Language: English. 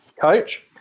coach